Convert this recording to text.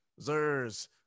zers